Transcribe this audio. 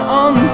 on